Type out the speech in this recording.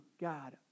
God